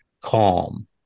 calm